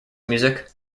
music